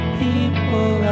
people